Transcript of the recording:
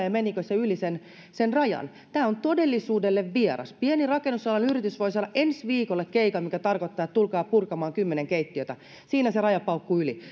ja menikö se yli sen sen rajan tämä on todellisuudelle vierasta pieni rakennusalan yritys voi saada ensi viikolle keikan mikä tarkoittaa että tulkaa purkamaan kymmenen keittiötä siinä se raja paukkuu yli